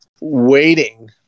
waiting